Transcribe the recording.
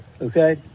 Okay